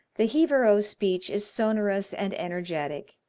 the jivaro speech is sonorous and energetic.